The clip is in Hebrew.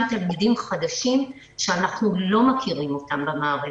תלמידים חדשים שאנחנו לא מכירים אותם במערכת,